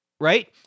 right